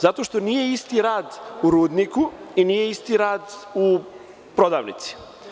Zato što nije isti rad u rudniku i nije isti rad u prodavnici.